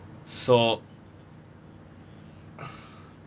so